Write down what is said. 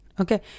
Okay